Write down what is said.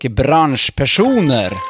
branschpersoner